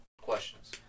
questions